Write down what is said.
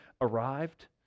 arrived